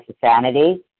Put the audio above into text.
sanity